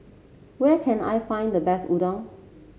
where can I find the best Udon